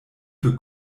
für